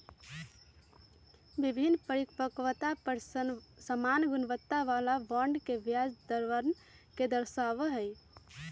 विभिन्न परिपक्वतवन पर समान गुणवत्ता वाला बॉन्ड के ब्याज दरवन के दर्शावा हई